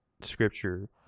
scripture